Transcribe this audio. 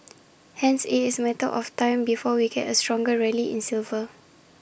hence IT is A matter of time before we get A stronger rally in silver